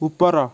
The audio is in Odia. ଉପର